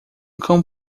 cão